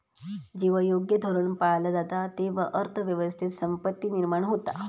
जेव्हा योग्य धोरण पाळला जाता, तेव्हा अर्थ व्यवस्थेत संपत्ती निर्माण होता